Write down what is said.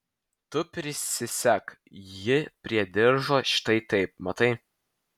tu prisisek jį prie diržo štai taip matai